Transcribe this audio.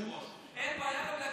אדוני היושב-ראש,